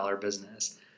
business